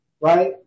right